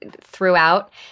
throughout